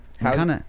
how's